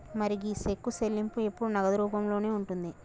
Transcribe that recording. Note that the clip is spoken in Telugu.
మరి గీ సెక్కు చెల్లింపు ఎప్పుడు నగదు రూపంలోనే ఉంటుంది